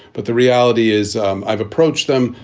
but the reality is um i've approached them.